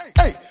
hey